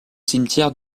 cimetière